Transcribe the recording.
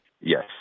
Yes